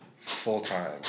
full-time